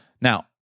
Now